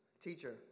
Teacher